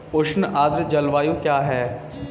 उष्ण आर्द्र जलवायु क्या है?